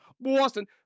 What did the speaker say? Boston